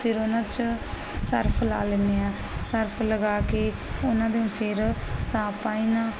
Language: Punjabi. ਫਿਰ ਉਹਨਾਂ ਚ ਸਰਫ ਲਾ ਲੈਨੇ ਆ ਸਰਫ ਲਗਾ ਕੇ ਉਹਨਾਂ ਨੂੰ ਫਿਰ ਸਾਫ ਪਾਣੀ ਨਾਲ